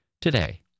today